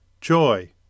joy